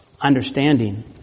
understanding